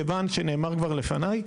מכיוון שנאמר כבר לפניי,